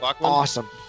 awesome